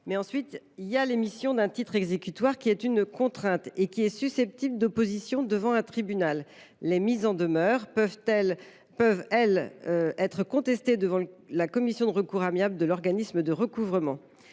Puis est émis un titre exécutoire, qui est une contrainte, susceptible d’opposition devant un tribunal. Les mises en demeure, quant à elles, peuvent être contestées devant la commission de recours amiable de l’organisme de recouvrement.